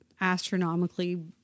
astronomically